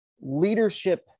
leadership